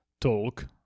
talk